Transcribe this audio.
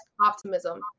optimism